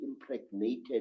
impregnated